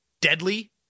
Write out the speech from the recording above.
deadly